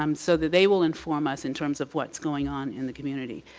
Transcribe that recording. um so that they will inform us in terms of what's going on in the community.